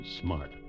smart